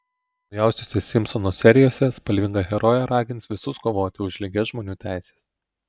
naujausiose simpsonų serijose spalvinga herojė ragins visus kovoti už lygias žmonių teises